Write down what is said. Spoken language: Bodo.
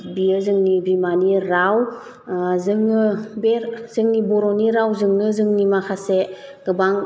बेयो जोंनि बिमानि राव जोङो बे जोंनि बर'नि रावजोंनो जोंनि माखासे गोबां